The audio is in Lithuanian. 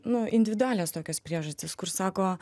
nu individualios tokios priežastys kur sako